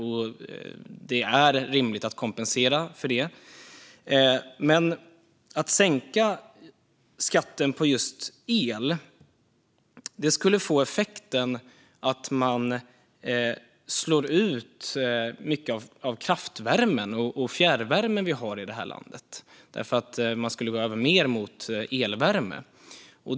Det är rimligt att kompensera för det, men att sänka skatten på just el och gå över mot mer elvärme skulle få effekten att man slår ut mycket av kraft och fjärrvärmen som vi har i det här landet.